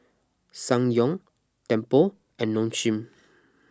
Ssangyong Tempur and Nong Shim